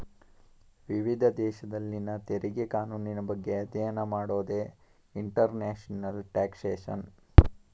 ವಿವಿಧ ದೇಶದಲ್ಲಿನ ತೆರಿಗೆ ಕಾನೂನಿನ ಬಗ್ಗೆ ಅಧ್ಯಯನ ಮಾಡೋದೇ ಇಂಟರ್ನ್ಯಾಷನಲ್ ಟ್ಯಾಕ್ಸ್ಯೇಷನ್